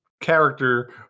character